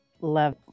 love